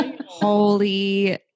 holy